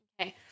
Okay